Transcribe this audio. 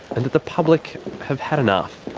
and that the public have had enough.